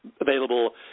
available